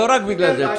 לא רק בגלל זה.